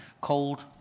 cold